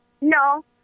No